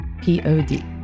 P-O-D